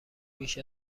بیش